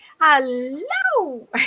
hello